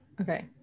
Okay